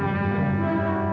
ah